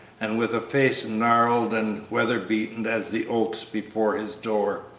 and with a face gnarled and weather-beaten as the oaks before his door.